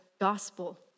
gospel